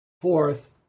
Fourth